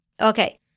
Okay